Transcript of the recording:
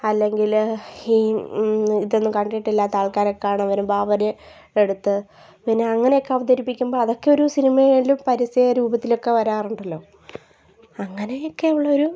അല്ലെങ്കിൽ ഈ ഇതൊന്നും കണ്ടട്ടില്ലാത്ത ആൾക്കാരെ കാണാൻ വരുമ്പോൾ അവർ രുടെയടുത്ത് പിന്നെ അങ്ങനെയൊക്കെ അവതരിക്കുമ്പോൾ അതൊക്കെ ഒരു സിനിമയിലും പരസ്യരൂപത്തിലൊക്കെ വരാറുണ്ടല്ലോ അങ്ങനെയൊക്കെ ഉള്ളൊരു